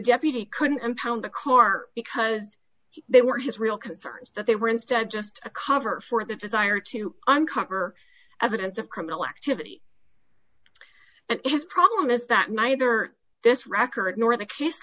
deputy couldn't impound the car because they were his real concerns that they were instead just a cover for the desire to uncover evidence of criminal activity and his problem is that neither this record nor the case